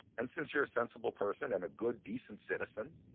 and since you're a sensible person, and a good, decent citizen,